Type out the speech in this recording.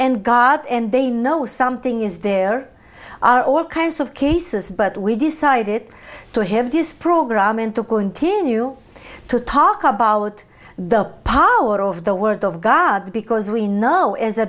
and god and they know something is there are all kinds of cases but we decided to have this program and to continue to talk about the power of the word of god because we know as